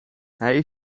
hij